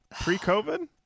Pre-COVID